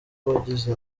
bagize